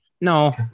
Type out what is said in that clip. no